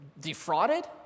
defrauded